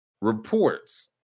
reports